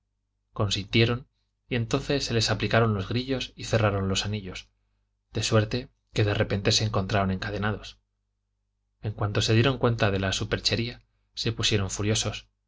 consintieron y entonces se les aplicaron los grillos y cerraron los anillos de suerte que de repente se encontraron encadenados en cuanto se dieron cuenta de la superchería se pusieron furiosos